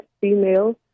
female